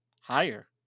higher